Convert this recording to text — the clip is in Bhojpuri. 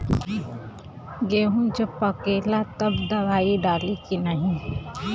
गेहूँ जब पकेला तब दवाई डाली की नाही?